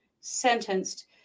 sentenced